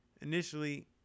initially